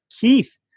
Keith